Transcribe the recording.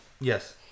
Yes